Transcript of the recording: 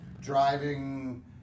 driving